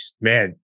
man